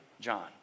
John